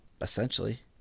essentially